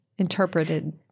Interpreted